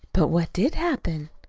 but what did happen?